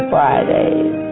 Fridays